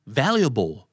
valuable